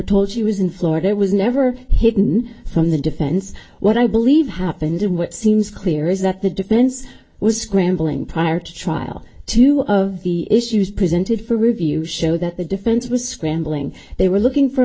told she was in florida i was never hidden from the defense what i believe happened in what seems clear is that the defense was scrambling prior to trial two of the issues presented for review show that the defense was scrambling they were looking for a